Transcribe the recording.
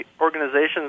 organizations